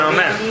Amen